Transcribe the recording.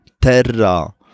Terra